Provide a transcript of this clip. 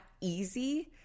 easy